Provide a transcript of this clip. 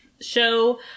show